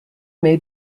may